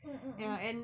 mm mm mm